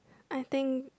I think